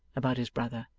about his brother.